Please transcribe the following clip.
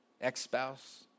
ex-spouse